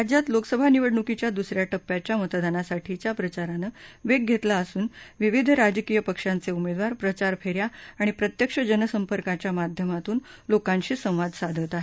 राज्यात लोकसभा निवडणुकीच्या दुसऱ्या टप्प्याच्या मतदानासाठीच्या प्रचारानं वेग घेतला असून विविध राजकीय पक्षांचे उमेदवार प्रचार फेऱ्या आणि प्रत्यक्ष जनसंपर्काच्या माध्यमातून लोकांशी संवाद साधत आहेत